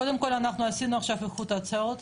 קודם כל אנחנו עשינו עכשיו איחוד הצעות,